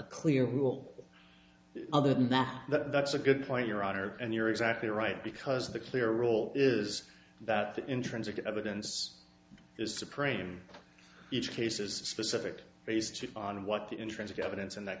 a clear rule other than that that's a good point your honor and you're exactly right because the clear rule is that the intrinsic evidence is supreme each case is specific based on what the intrinsic evidence in that